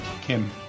Kim